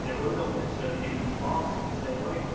yeah we're not necessarily giving you marks in the same way,